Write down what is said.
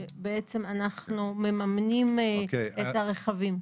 שאנחנו בעצם מממנים את הרכבים.